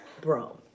bro